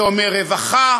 זה אומר רווחה,